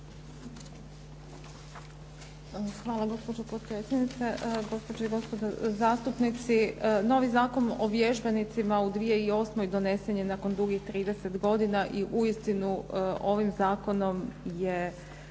Hvala gospođo potpredsjednice. Gospođe i gospodo zastupnici, novi Zakon o vježbenicima u 2008. donesen je nakon dugih 30 godina i uistinu ovim zakonom su